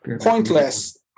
pointless